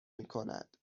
میکند